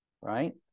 right